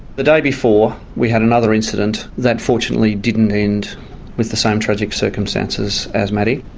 the day before, we had another incident that fortunately didn't end with the same tragic circumstances as matty.